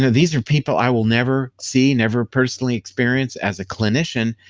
these are people i will never see, never personally experience as a clinician,